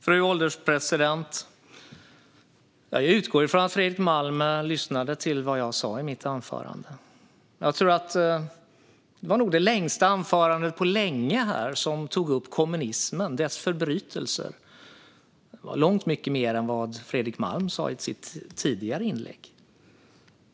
Fru ålderspresident! Jag utgår från att Fredrik Malm lyssnade till vad jag sa i mitt anförande. Det var nog det längsta anförandet på länge här som tog upp kommunismen och dess förbrytelser. Det var långt mycket mer än vad Fredrik Malm sa i sitt tidigare inlägg.